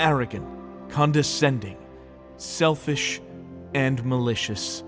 arrogant condescending selfish and malicious